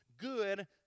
good